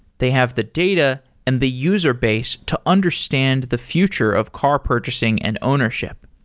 they have the data and the user base to understand the future of car purchasing and ownership.